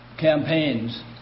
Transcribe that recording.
campaigns